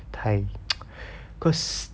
太 because